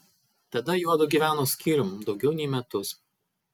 tada juodu gyveno skyrium daugiau nei metus